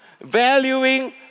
valuing